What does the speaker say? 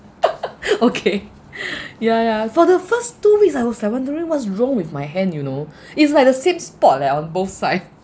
okay ya ya for the first two weeks I was like wondering what's wrong with my hand you know it's like the same spot leh on both side